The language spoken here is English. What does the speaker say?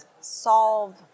solve